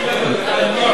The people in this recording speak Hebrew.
התשע"א 2010, נתקבלה.